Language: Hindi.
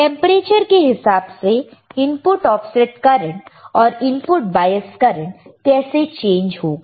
टेंपरेचर के हिसाब से इनपुट ऑफसेट करंट और इनपुट बायस करंट कैसे चेंज होगा